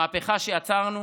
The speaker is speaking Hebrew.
המהפכה שיצרנו